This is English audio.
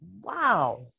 Wow